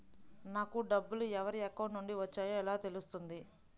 నాకు డబ్బులు ఎవరి అకౌంట్ నుండి వచ్చాయో ఎలా తెలుస్తుంది?